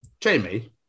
Jamie